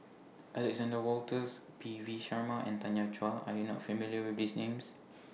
Alexander Wolters P V Sharma and Tanya Chua Are YOU not familiar with These Names